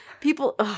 people